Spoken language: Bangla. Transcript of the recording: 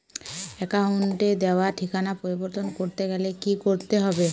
অ্যাকাউন্টে দেওয়া ঠিকানা পরিবর্তন করতে গেলে কি করতে হবে?